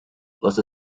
was